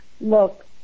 Look